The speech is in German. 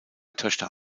töchter